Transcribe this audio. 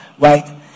right